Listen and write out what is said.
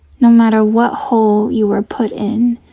no matter what hole you were put in,